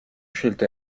scelta